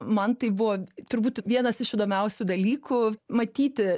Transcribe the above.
man tai buvo turbūt vienas iš įdomiausių dalykų matyti